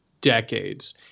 decades